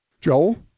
Joel